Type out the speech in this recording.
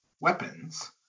weapons